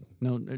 no